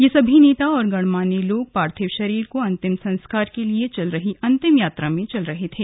ये सभी नेता और गणमान्य लोग पार्थिव शरीर को अंतिम संस्कार के लिए चल रही अंतिम यात्रा में चल रहे थे